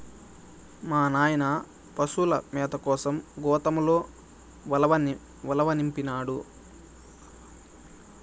మా నాయన పశుల మేత కోసం గోతంతో ఉలవనిపినాడు